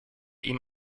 ihm